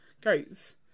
goats